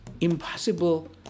impossible